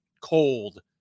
cold